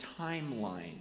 timeline